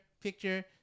picture